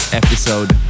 episode